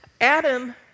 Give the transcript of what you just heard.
Adam